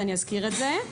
ואני אזכיר את זה,